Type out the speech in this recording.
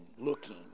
looking